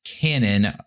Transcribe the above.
canon